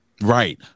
Right